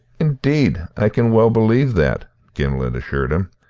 indeed, i can well believe that, gimblet assured him.